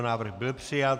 Návrh byl přijat.